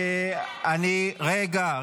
רגע,